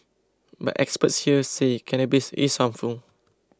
but experts here say cannabis is harmful